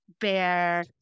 bear